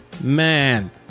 man